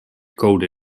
code